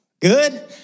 good